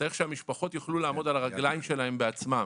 צריך שהמשפחות יוכלו לעמוד על הרגליים שלהן בעצמן.